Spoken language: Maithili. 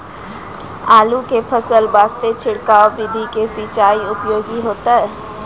आलू के फसल वास्ते छिड़काव विधि से सिंचाई उपयोगी होइतै?